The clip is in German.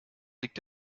liegt